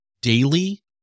daily